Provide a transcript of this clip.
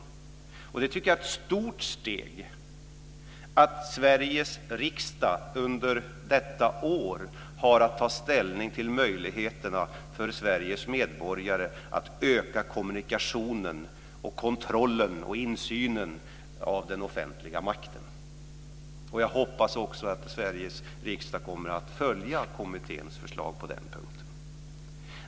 Jag tycker att det är ett stort steg att Sveriges riksdag under detta år har att ta ställning till möjligheterna för Sveriges medborgare att öka kommunikationen och kontrollen och insynen av den offentliga makten. Jag hoppas också att Sveriges riksdag kommer att följa kommitténs förslag på den punkten.